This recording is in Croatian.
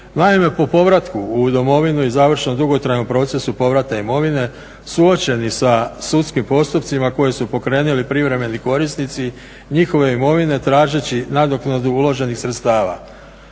Naime, u povratku u domovinu i … dugotrajnom procesu povrata imovine suočeni sa sudskim postupcima koje su pokrenuli privremeni korisnici, njihova imovina tražeći nadoknadu uloženih sredstava.